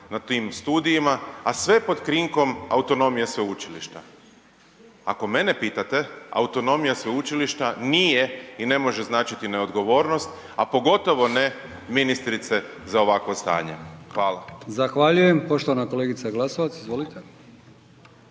na tim studijima, a sve pod krinkom autonomije sveučilišta? Ako mene pitate, autonomija sveučilišta nije i ne može značiti neodgovornost, a pogotovo ne ministrice za ovakvo stanje. Hvala. **Brkić, Milijan (HDZ)** Zahvaljujem. Poštovana kolegica Glasovac. Izvolite.